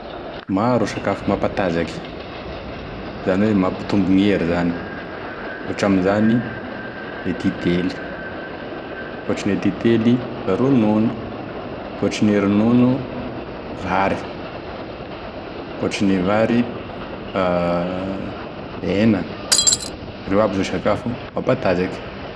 Maro e sakafo mampatazaky, izany hoe mampitombo gn'hery zany, ohatra amizany de titely, akoatrin'e titely ronono, akoatrin'e ronono vary, akoatrin'e vary hena, ireo aby zany e sakafo mampatazaky.